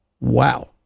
wow